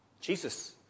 Jesus